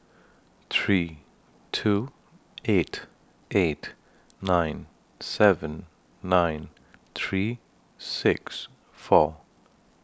three two eight eight nine seven nine three six four